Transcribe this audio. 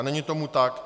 Není tomu tak.